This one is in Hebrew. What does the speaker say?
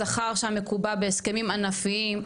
השכר שם מקובע בהסכמים ענפיים,